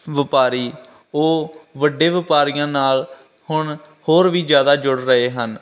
ਵਪਾਰੀ ਉਹ ਵੱਡੇ ਵਪਾਰੀਆਂ ਨਾਲ ਹੁਣ ਹੋਰ ਵੀ ਜ਼ਿਆਦਾ ਜੁੜ ਰਹੇ ਹਨ